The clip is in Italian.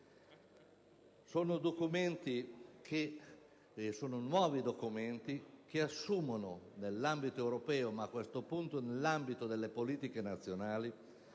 Sono nuovi documenti che nell'ambito europeo, ma a questo punto nell'ambito delle politiche nazionali,